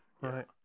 right